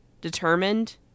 determined